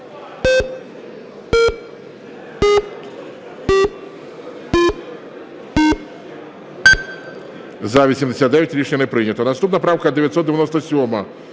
За-89 Рішення не прийнято. Наступна правка 997.